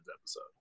episode